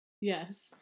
Yes